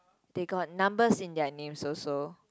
they got numbers in their name also